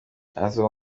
azoba